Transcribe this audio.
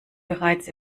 bereits